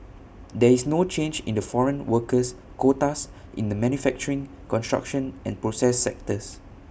there is no change in the foreign workers quotas in the manufacturing construction and process sectors